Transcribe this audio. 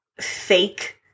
fake